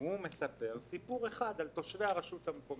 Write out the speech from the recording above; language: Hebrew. הוא מספר סיפור אחד על תושבי הרשות המקומית.